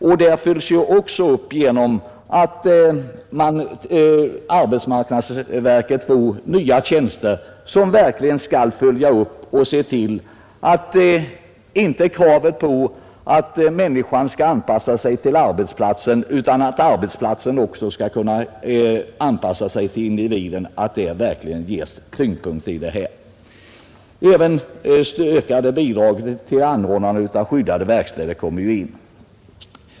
Detta följs också upp genom att arbetsmarknadsverket får nya tjänster så att utvecklingen verkligen kan följas och eftertryck ges åt kravet att arbetsplatsen skall anpassas till människan och inte tvärtom. Även ett ökat bidrag till anordnandet av skyddade verkstäder kommer in.